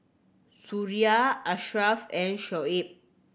Suria Ashraf and Shoaib